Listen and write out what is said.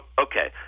okay